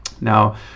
Now